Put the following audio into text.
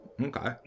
Okay